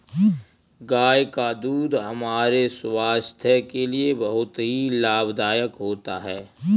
गाय का दूध हमारे स्वास्थ्य के लिए बहुत ही लाभदायक होता है